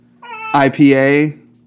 IPA